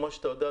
כמו שאתה יודע,